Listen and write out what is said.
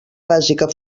bàsica